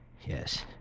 Yes